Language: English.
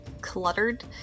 cluttered